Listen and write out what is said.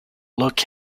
look